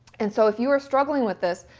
and so if you are struggling with this,